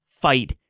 fight